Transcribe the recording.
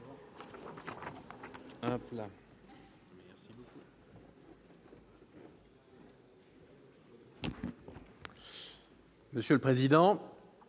Monsieur le président,